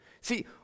See